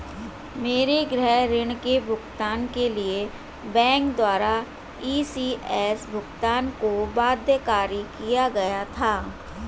मेरे गृह ऋण के भुगतान के लिए बैंक द्वारा इ.सी.एस भुगतान को बाध्यकारी किया गया था